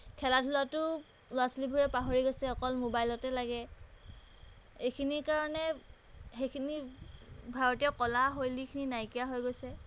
খেলা ধূলাটো ল'ৰা ছোৱালীবোৰে পাহৰি গৈছে অকল ম'বাইলতে লাগে এইখিনিৰ কাৰণে সেইখিনি ভাৰতীয় কলা শৈলীখিনি নাইকিয়া হৈ গৈছে